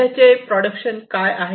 सध्याचे प्रोडक्शन काय आहे